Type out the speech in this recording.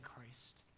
Christ